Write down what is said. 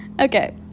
Okay